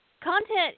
Content